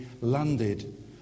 landed